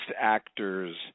actors